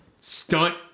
stunt